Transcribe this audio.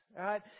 right